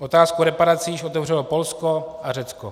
Otázku reparací již otevřelo Polsko a Řecko.